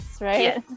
right